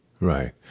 right